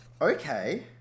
okay